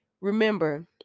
Remember